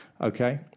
Okay